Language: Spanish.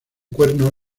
cuerno